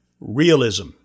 realism